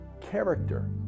character